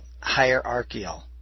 hierarchical